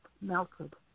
melted